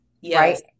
Yes